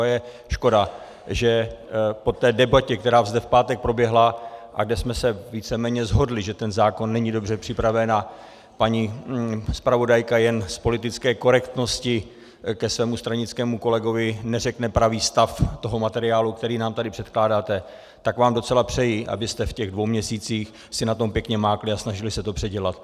A je škoda, že po té debatě, která zde v pátek proběhla a kde jsme se víceméně shodli, že ten zákon není dobře připraven a paní zpravodajka jen z politické korektnosti ke svému stranickému kolegovi neřekne pravý stav toho materiálu, který nám tady předkládáte, tak vám docela přeji, abyste v těch dvou měsících si na tom pěkně mákli a snažili se to předělat.